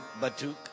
Batuk